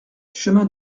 chemin